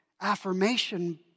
affirmation